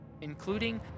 including